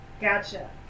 Gotcha